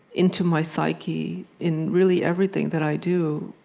into my psyche in really everything that i do,